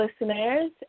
listeners